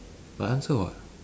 my answer [what]